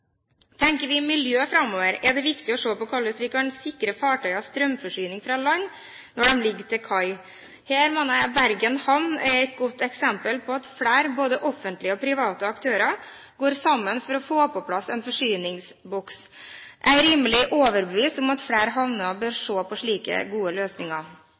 Tenker vi miljø fremover, er det viktig å se på hvordan vi kan sikre fartøyer strømforsyning fra land når de ligger til kai. Her er Bergen havn et godt eksempel på at flere, både offentlige og private aktører, går sammen for å få på plass en strømforsyningsboks. Jeg er rimelig overbevist om at flere havner bør se på slike gode løsninger.